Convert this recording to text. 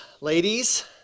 ladies